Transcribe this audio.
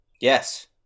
Yes